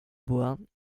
bois